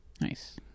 Nice